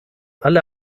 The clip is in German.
alle